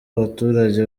baturage